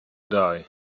die